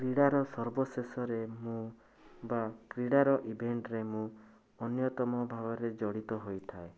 କ୍ରୀଡ଼ାର ସର୍ବଶେଷରେ ମୁଁ ବା କ୍ରୀଡ଼ାର ଇଭେଣ୍ଟରେ ମୁଁ ଅନ୍ୟତମ ଭାବରେ ମୁଁ ଜଡ଼ିତ ହୋଇଥାଏ